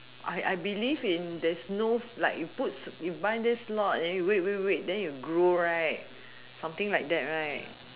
I I believe in there's no like you put in you buy this lot then you wait wait wait then you grow right something like that right